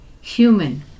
human